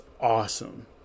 awesome